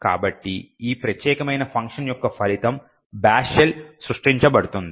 కాబట్టి ఈ ప్రత్యేకమైన ఫంక్షన్ యొక్క ఫలితం bash షెల్ సృష్టించబడుతుంది